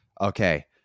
okay